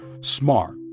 smart